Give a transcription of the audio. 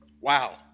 Wow